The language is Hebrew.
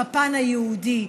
בפן היהודי.